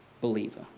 believer